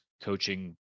coaching